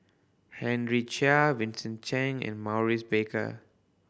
Henry Chia Vincent Cheng and Maurice Baker